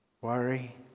Worry